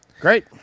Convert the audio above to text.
Great